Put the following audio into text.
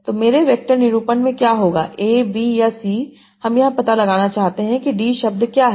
तो मेरे वेक्टर निरूपण में क्या होगा ab या c हम यह पता लगाना चाहते हैं कि d शब्द क्या है